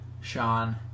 sean